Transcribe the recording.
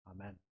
Amen